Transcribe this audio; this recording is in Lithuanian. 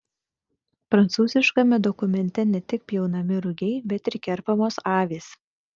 prancūziškame dokumente ne tik pjaunami rugiai bet ir kerpamos avys